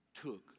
took